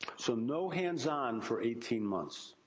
so, no hands-on for eighteen months.